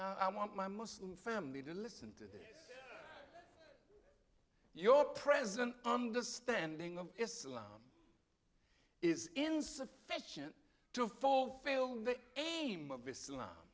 i want my muslim family to listen to your present understanding of islam is insufficient to fulfill the aim of islam